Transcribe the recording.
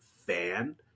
fan